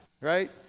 right